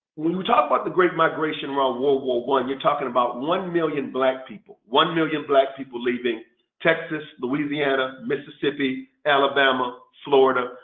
we we talk about the great migration around world war war one you're talking about one million black people one million black people leaving texas, louisiana, mississippi, alabama, florida,